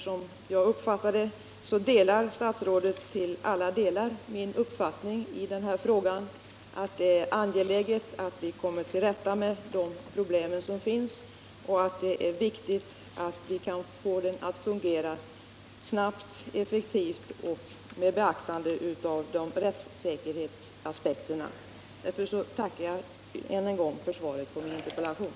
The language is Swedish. Som jag uppfattar det delar statsrådet helt min uppfattning i denna fråga, dvs. att det är angeläget att vi kommer till rätta med de problem som finns och att det är viktigt att vi får systemet att fungera snabbt, effektivt och med beaktande av rättssäkerhetsaspekterna. Jag tackar än en gång för svaret på min interpellation.